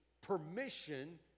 permission